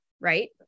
right